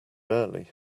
early